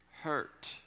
hurt